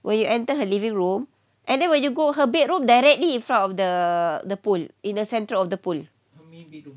when you enter her living room and then when you go her bedroom directly in front of the the pool in the centre of the pool